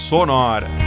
Sonora